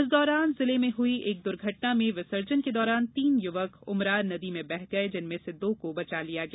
इस दौरान जिले में हई एक द्र्घटना में विसर्जन के दौरान तीन युवक उमरार नदी में बह गये जिनमें से दो को बचा लिया गया